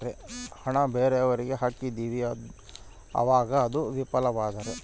ಹಣ ಬೇರೆಯವರಿಗೆ ಹಾಕಿದಿವಿ ಅವಾಗ ಅದು ವಿಫಲವಾದರೆ?